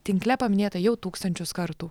tinkle paminėta jau tūkstančius kartų